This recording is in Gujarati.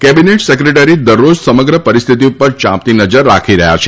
કેબિનેટ સેક્રેટરી દરરોજ સમગ્ર પરિસ્થિતિ ઉપર ચાંપતી નજર રાખી રહ્યા છે